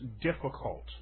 difficult